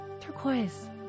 turquoise